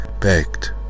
begged